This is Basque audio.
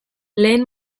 lehen